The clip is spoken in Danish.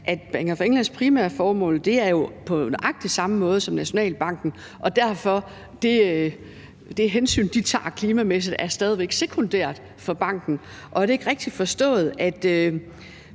at Bank of Englands primære formål jo er nøjagtig det samme som Nationalbankens, og at det hensyn, de tager til klimaet, derfor stadig væk er sekundært for banken? Og er det ikke rigtigt forstået, at